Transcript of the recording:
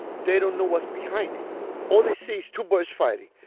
they don't know what's behind it all they see is two birds fighting.